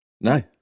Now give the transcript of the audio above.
No